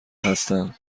هستن